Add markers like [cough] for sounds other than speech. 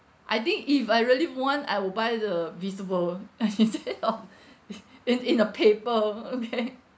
I think if I really want I will buy the visible uh [laughs] instead of [breath] [noise] in in a paper [laughs] okay